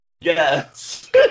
Yes